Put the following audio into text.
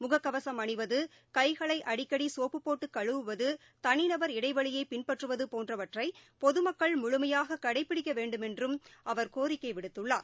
முகக்கவசம் அணிவது கைகளைஅடிக்கடிசோப்பு போட்டுகழுவுவது தனிநபர் இடைவெளியைபின்பற்றுவதுபோன்றவற்றைபொதுமக்கள் முழுமையாககடைப்பிடிக்கவேண்டுமென்றும் அவர் கோரிக்கைவிடுத்துள்ளார்